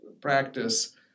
practice